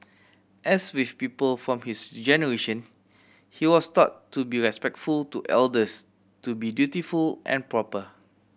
as with people from his generation he was taught to be respectful to elders to be dutiful and proper